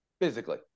physically